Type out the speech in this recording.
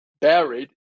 buried